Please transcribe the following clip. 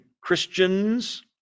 Christians